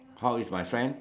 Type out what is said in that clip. how is my friend